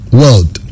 world